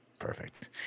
Perfect